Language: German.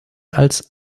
als